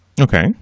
Okay